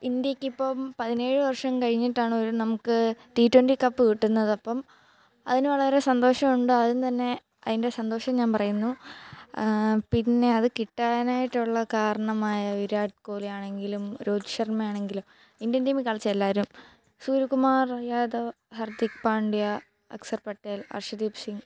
ഇന്ത്യക്ക് ഇപ്പം പതിനേഴ് വർഷം കഴിഞ്ഞിട്ടാണ് ഒരു നമുക്ക് ടി ട്വൻ്റി കപ്പ് കിട്ടുന്നത് അപ്പം അതിനു വളരെ സന്തോഷമുണ്ട് ആദ്യം തന്നെ അതിൻ്റെ സന്തോഷം ഞാൻ പറയുന്നു പിന്നെ അതു കിട്ടാനായിട്ടുള്ള കാരണമായ വിരാട് കോലിയാണെങ്കിലും രോഹിത് ശർമ്മ ആണെങ്കിലും ഇന്ത്യൻ ടീമിൽ കളിച്ച എല്ലാവരും സൂര്യകുമാർ യാദവ് ഹർദിക് പാണ്ഡ്യ അക്സർ പട്ടേൽ അർഷദ്ദീപ് സിംഗ്